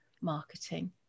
marketing